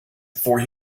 before